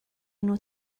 enw